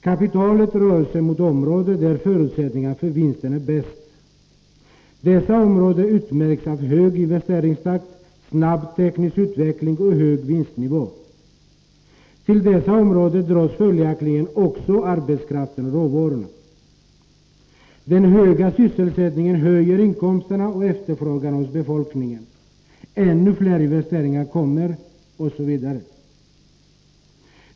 Kapitalet rör sig mot områden där förutsättningarna för vinsten är bäst. Dessa områden utmärks av hög investeringstakt, snabb teknisk utveckling och hög vinstnivå. Till dessa områden dras följaktligen också arbetskraften och råvarorna. Den höga sysselsättningen höjer inkomsterna och efterfrågan hos befolkningen. Ännu fler investeringar kommer, osv.